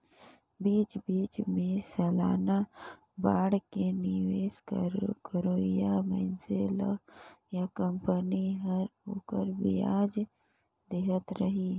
बीच बीच मे सलाना बांड मे निवेस करोइया मइनसे ल या कंपनी हर ओखर बियाज देहत रही